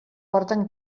porten